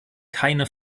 keine